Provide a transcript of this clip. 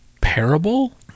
parable